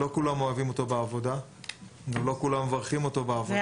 לא כולם אוהבים אותו בעבודה ולא כולם מברכים אותו בעבודה.